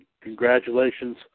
congratulations